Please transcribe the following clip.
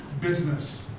business